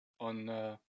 on